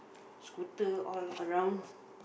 scooter all around